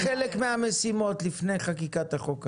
חלק מהמשימות לפני חקיקת החוק הזה,